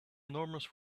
enormous